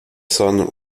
son